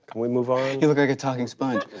we move on? you look like a talking sponge.